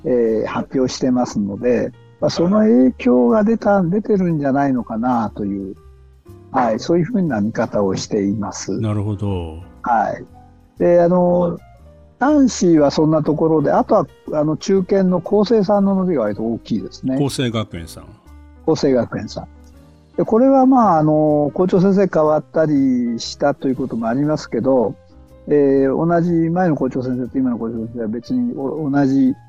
えー、発表してますので、まあ、その影響が出た- 出てるんじゃないのかなという、はい、そういうふうな見方をしています。なるほど。はい。で、あの、男子はそんなところで、あとは、あの、中堅の高生さんの伸びが割と大きいですね。高生学園さん。高生学園さん。で、これは、まあ、あの、校長先生変わったりしたということもありますけど、えー、同じ前の校長先生と今の校長先生は別にお- 同じ